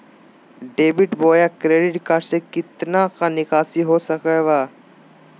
Debit बोया credit card से कितना का निकासी हो सकल बा?